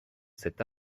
cet